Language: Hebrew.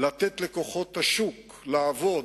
לתת לכוחות השוק לעבוד,